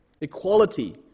Equality